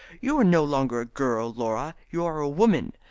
you are no longer a girl, laura you are a woman,